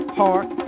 heart